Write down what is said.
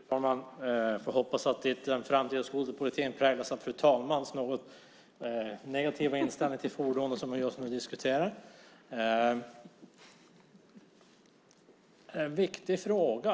Fru talman! Vi får hoppas att den framtida skoterpolitiken inte präglas av fru talmannens något negativa inställning till det fordon som vi just nu diskuterar. Det är ändå en viktig fråga.